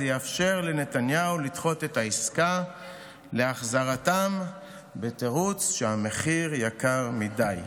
זה יאפשר לנתניהו לדחות את העסקה להחזרתם בתירוץ שהמחיר יקר מדי.